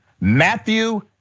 Matthew